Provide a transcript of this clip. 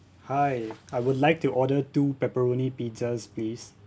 hi I would like to order two pepperoni pizzas please